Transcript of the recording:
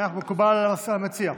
מקובל על המציע?